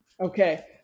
Okay